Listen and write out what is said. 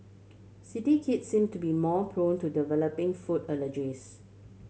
city kids seem to be more prone to developing food allergies